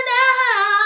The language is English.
now